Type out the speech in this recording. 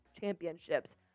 championships